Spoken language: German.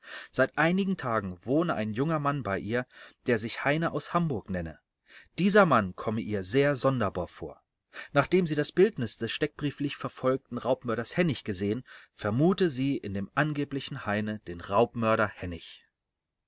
seit einigen tagen wohne ein junger mann bei ihr der sich heine aus hamburg nenne dieser mann komme ihr sehr sonderbar vor nachdem sie das bildnis des steckbrieflich verfolgten raubmörders hennig gesehen vermute sie in dem angeblichen heine den raubmörder hennig